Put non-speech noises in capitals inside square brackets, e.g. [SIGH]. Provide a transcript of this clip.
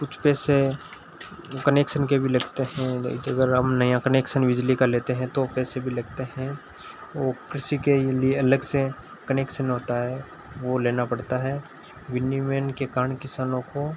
कुछ पैसे कनेक्शन के भी लगते हैं [UNINTELLIGIBLE] नया कनेक्शन बिजली का लेते हैं तो पैसे भी लगते हैं ओ कृषि के लिए अलग से कनेक्शन होता है वो लेना पड़ता है [UNINTELLIGIBLE] के कारण किसानों को